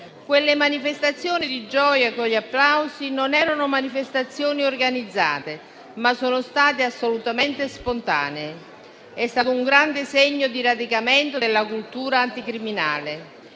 quelle manifestazioni di gioia e quegli applausi non erano organizzati, ma sono state assolutamente spontanei. È stato un grande segno di radicamento della cultura anticriminale.